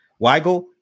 Weigel